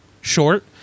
short